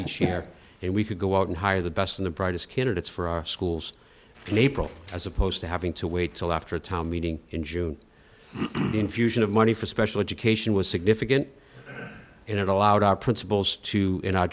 and share and we could go out and hire the best and the brightest candidates for our schools in april as opposed to having to wait till after a town meeting in june the infusion of money for special education was significant and it allowed our principals to